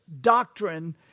doctrine